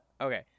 Okay